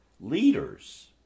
leaders